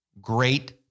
great